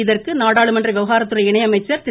இதற்கு நாடாளுமன்ற விவகாரத்துறை இணையமைச்சர் திரு